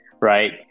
right